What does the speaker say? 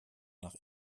nach